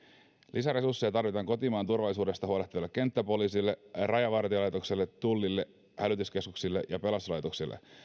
lisäresursseja tarvitaan kotimaan turvallisuudesta huolehtiville kenttäpoliisille rajavartiolaitokselle tullille hälytyskeskuksille ja pelastuslaitoksille